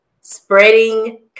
spreading